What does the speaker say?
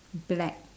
black